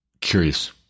Curious